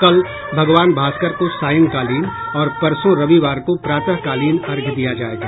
कल भगवान भास्कर को सांयकालीन और परसो रविवार को प्रातःकालीन अर्घ्य दिया जायेगा